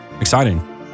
Exciting